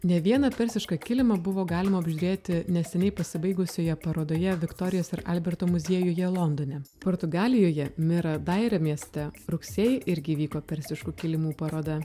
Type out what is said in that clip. ne vieną persišką kilimą buvo galima apžiūrėti neseniai pasibaigusioje parodoje viktorijos ir alberto muziejuje londone portugalijoje mira daire mieste rugsėjį irgi įvyko persiškų kilimų paroda